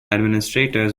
administrators